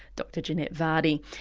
dr janette vardy.